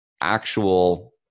actual